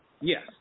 Yes